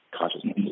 consciousness